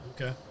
Okay